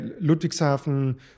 Ludwigshafen